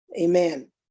Amen